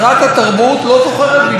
בין 2,000 ל-4,000,